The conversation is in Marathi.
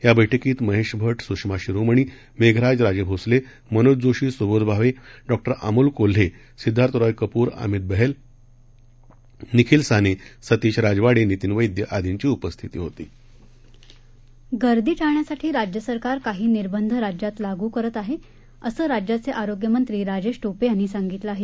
या बैठकीत महेश भट सुषमा शिरोमणी मेघराज राजेभोसले मनोज जोशी सुबोध भावे डॉ अमोल कोल्हे सिद्धार्थ रॉय कपूर अमित बहेल निखिल साने सतीश राजवाडे नितीन वैद्य आदींची उपास्थिती होती गर्दी टाळण्यासाठी राज्य सरकार काही निर्बंध राज्यात लागू करत आहे असं राज्याचे आरोग्यमंत्री राजेश टोपे यांनी सांगितलं आहे